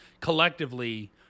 collectively